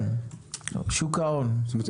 שוק ההון, תמשיך.